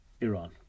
Iran